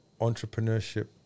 entrepreneurship